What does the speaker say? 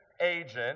agent